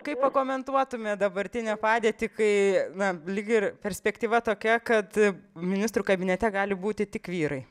kaip pakomentuotumėt dabartinę padėtį kai na lyg ir perspektyva tokia kad ministrų kabinete gali būti tik vyrai